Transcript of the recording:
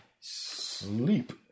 sleep